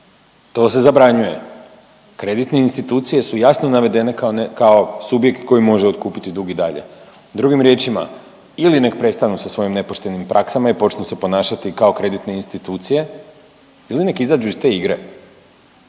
to se zabranjuje. Kreditne institucije su jasno navedene kao subjekt koji može otkupiti dug i dalje. Drugim riječima ili nek' prestanu sa svojim nepoštenim praksama i počnu se ponašati kao kreditne institucije ili nek' izađu iz te igre.